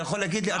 אתה יכול להגיד לי?